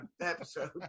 episode